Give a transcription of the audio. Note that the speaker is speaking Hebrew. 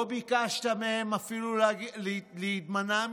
לא ביקשת מהם אפילו להימנע מזה.